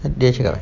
dia cakap